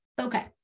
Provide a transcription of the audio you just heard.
okay